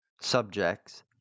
subjects